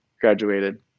graduated